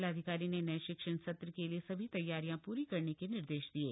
जिलाधिकारी ने नये शिक्षण सत्र के लिए सभी तघ्यारियां प्री करने के निर्देश दिये